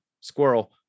Squirrel